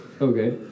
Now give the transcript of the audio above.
Okay